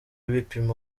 bipimo